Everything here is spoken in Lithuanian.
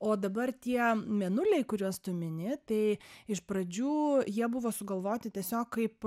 o dabar tie mėnuliai kuriuos tu mini tai iš pradžių jie buvo sugalvoti tiesiog kaip